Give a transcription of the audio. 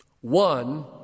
One